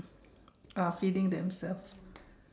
ah feeding themselves